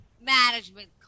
Management